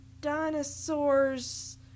dinosaurs